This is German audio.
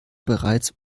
bereits